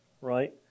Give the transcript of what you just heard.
right